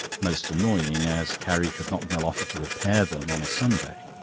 most annoying, as carrie could not well offer to repair them on a sunday.